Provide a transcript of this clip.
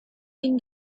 been